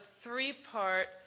three-part